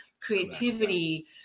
creativity